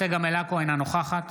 אינה נוכחת